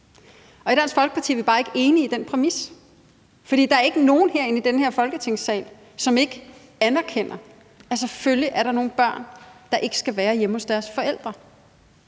I Dansk Folkeparti er vi bare ikke enige i den præmis, og der er ikke nogen herinde i den her Folketingssal, som ikke anerkender, at der selvfølgelig er nogle børn, der ikke skal være hjemme hos deres forældre.